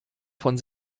von